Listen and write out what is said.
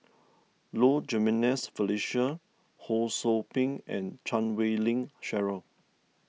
Low Jimenez Felicia Ho Sou Ping and Chan Wei Ling Cheryl